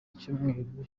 icyumweru